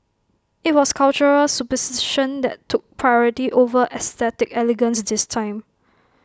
IT was cultural superstition that took priority over aesthetic elegance this time